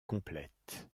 complète